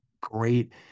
great